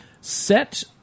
set